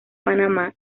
panamá